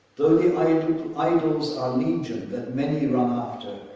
the like idols are legion that many run after,